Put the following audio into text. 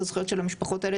את הזכויות של המשפחות האלה,